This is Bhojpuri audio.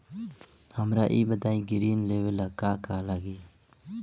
हमरा ई बताई की ऋण लेवे ला का का लागी?